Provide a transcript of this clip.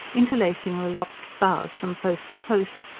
interlacing the lopped boughs from post to post,